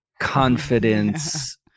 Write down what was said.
confidence